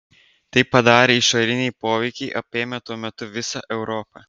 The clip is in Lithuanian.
tai padarė išoriniai poveikiai apėmę tuo metu visą europą